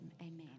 Amen